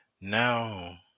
now